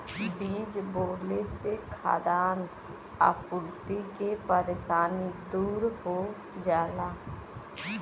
बीज बोले से खाद्यान आपूर्ति के परेशानी दूर हो जाला